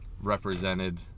represented